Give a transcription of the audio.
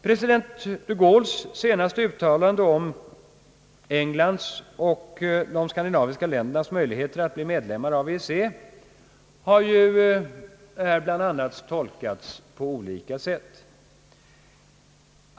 President de Gaulles senaste uttalanden om Englands och de skandinaviska ländernas möjligheter att bli medlemmar av EEC har tolkats på olika sätt.